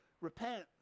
repent